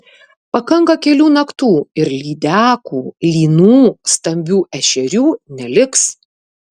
pakanka kelių naktų ir lydekų lynų stambių ešerių neliks